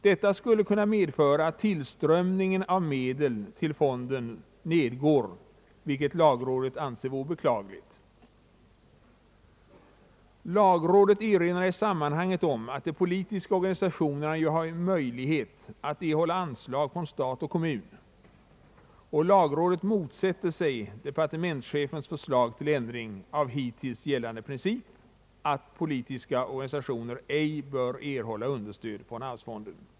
Detta skulle kunna medföra att tillströmningen av medel till fonden nedgår, vilket lagrådet anser vore beklagligt. Lagrådet erinrar i sammanhanget om att de politiska organisationerna ju har möjlighet att erhålla anslag från stat och kommun och motsätter sig departementschefens förslag till ändring av hittills gällande princip att politiska organisationer ej bör erhålla understöd från arvsfonden.